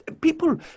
People